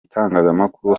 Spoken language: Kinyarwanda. itangazamakuru